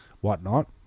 whatnot